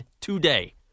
today